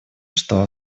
что